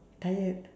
tired